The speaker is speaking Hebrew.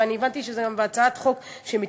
ואני הבנתי שזה גם בהצעת חוק שמתקדמת,